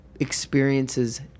experiences